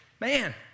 man